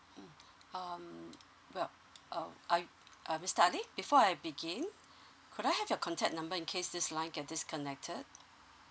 um uh I mister ali before I begin could I have your contact number in case this line get disconnected